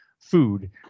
food